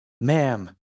Ma'am